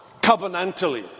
covenantally